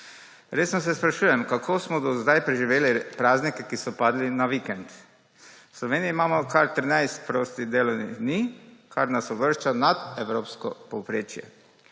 Resno se sprašujem, kako smo do zdaj preživeli praznike, ki so padli na vikend. V Sloveniji imamo kar 13 prostih delovnih dni, kar nas uvršča nad evropsko povprečje.